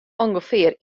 ûngefear